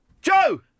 Joe